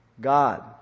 God